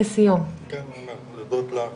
תודות לך